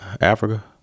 Africa